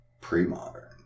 Pre-modern